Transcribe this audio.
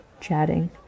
chatting